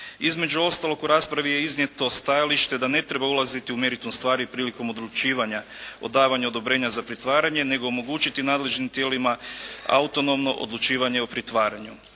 Između ostalog u raspravi je iznijeto stajalište da ne treba ulaziti u meritum stvari prilikom odlučivanja o davanju odobrenja za pritvaranje nego omogućiti nadležnim tijelima autonomno odlučivanje o pritvaranju.